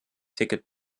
ticket